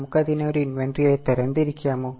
നമുക്ക് അതിനെ ഒരു ഇൻവെന്ററിയായി തരംതിരിക്കാമോ